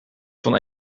van